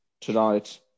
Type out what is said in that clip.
tonight